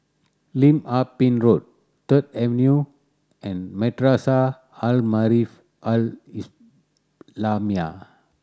Lim Ah Pin Road Third Avenue and Madrasah Al Maarif Al Islamiah